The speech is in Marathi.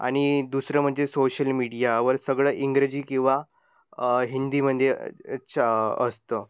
आणि दुसरं म्हणजे सोशल मीडियावर सगळं इंग्रजी किंवा हिंदीमध्येच असतं